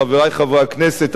חברי חברי הכנסת,